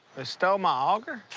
stole my auger?